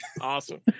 Awesome